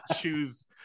choose